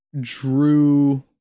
drew